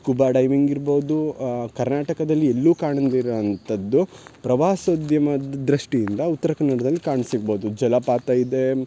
scuba diving ಇರ್ಬೌದು ಕರ್ನಾಟಕದಲ್ಲಿ ಎಲ್ಲೂ ಕಾಣ್ದಿರೋ ಅಂಥದ್ದು ಪ್ರವಾಸೋದ್ಯಮದ ದೃಷ್ಟಿಯಿಂದ ಉತ್ತರಕನ್ನಡದಲ್ಲಿ ಕಾಣಸಿಗ್ಬೌದು ಜಲಪಾತ ಇದೆ